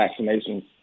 vaccinations